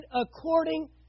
according